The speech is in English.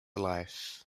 life